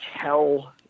tell